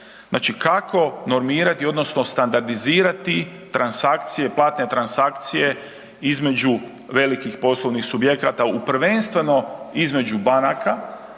znači kako normirati, odnosno standardizirati transakcije, platne transakcije između velikih poslovnih subjekata u prvenstveno, između banaka